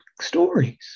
stories